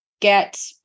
get